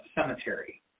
cemetery